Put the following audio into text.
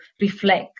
reflect